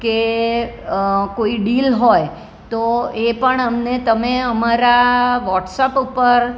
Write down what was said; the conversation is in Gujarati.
કે કોઈ ડીલ હોય તો એ પણ અમને તમે અમારા વોટ્સઅપ ઉપર